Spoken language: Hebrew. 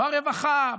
ברווחה,